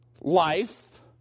life